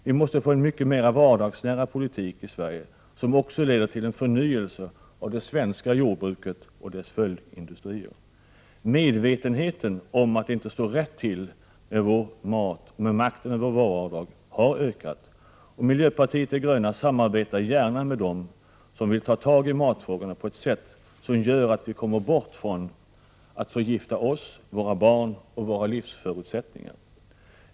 Vi måste få en mycket mer vardagsnära politik i Sverige, som också leder till en förnyelse av det svenska jordbruket och dess följdindustrier. Medvetenheten om att det inte står rätt till med vår mat och med makten över vår vardag har ökat, och miljöpartiet de gröna samarbetar gärna med dem som vill ta tag i matfrågorna på ett sätt som gör att vi undviker att förgifta oss, våra barn och våra livsförutsättningar.